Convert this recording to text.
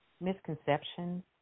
misconceptions